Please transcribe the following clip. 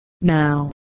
now